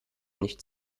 nicht